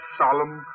solemn